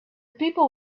people